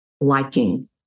liking